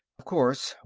of course,